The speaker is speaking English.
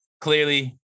Clearly